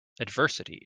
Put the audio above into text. adversity